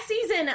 season